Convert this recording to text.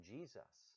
Jesus